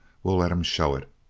we'll let him show it,